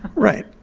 right.